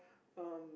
um